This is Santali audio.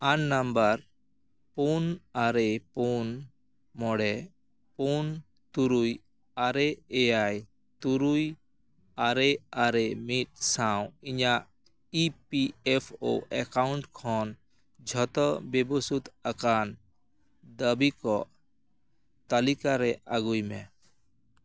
ᱟᱱ ᱱᱟᱢᱵᱟᱨ ᱯᱩᱱ ᱟᱨᱮ ᱯᱩᱱ ᱢᱚᱬᱮ ᱯᱩᱱ ᱛᱩᱨᱩᱭ ᱟᱨᱮ ᱮᱭᱟᱭ ᱛᱩᱨᱩᱭ ᱟᱨᱮ ᱟᱨᱮ ᱢᱤᱫ ᱥᱟᱶ ᱤᱧᱟᱹᱜ E P F O account ᱠᱷᱚᱱ ᱡᱷᱚᱛᱚ ᱵᱮᱵᱚᱥᱩᱫ ᱟᱠᱟᱱ ᱫᱟᱹᱵᱤᱠᱚ ᱛᱟᱹᱞᱤᱠᱟᱨᱮ ᱟᱹᱜᱩᱭᱢᱮ